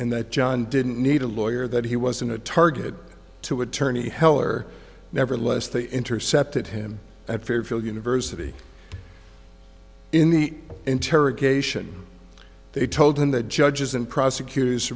and that john didn't need a lawyer that he was in a target to attorney heller nevertheless they intercepted him at fairfield university in the interrogation they told him the judges and prosecutors